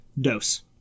dose